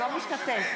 משתתף